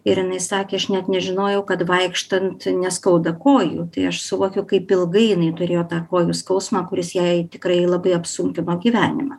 ir jinai sakė aš net nežinojau kad vaikštant neskauda kojų tai aš suvokiu kaip ilgai jinai turėjo tą kojų skausmą kuris jai tikrai labai apsunkino gyvenimą